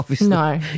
No